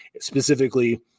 specifically